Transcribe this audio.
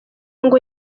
ngo